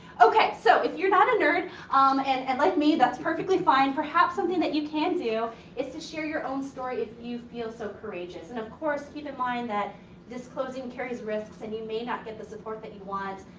okay. so, if you're not a nerd um and and like me, that's perfectly fine. perhaps something that you can do is to share your own story if you feel so courageous. and, of course, keep in mind that disclosing carries risks and you may not get the support that you want.